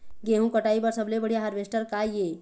गेहूं कटाई बर सबले बढ़िया हारवेस्टर का ये?